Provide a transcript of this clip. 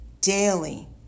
daily